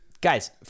Guys